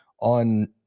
on